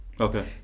Okay